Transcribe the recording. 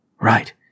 Right